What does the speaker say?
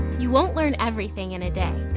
you won't learn everything in a day.